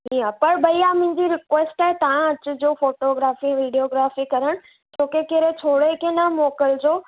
हीअं पर भैया मुंहिंजी रिक्वेस्ट आहे तव्हां अचिजो फ़ोटोग्राफ़ी वीडियोग्राफ़ी करण छो की कहिड़े छोड़े खे न मोकिलिजो